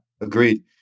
Agreed